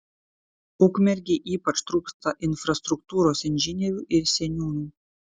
ukmergei ypač trūksta infrastruktūros inžinierių ir seniūnų